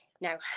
Now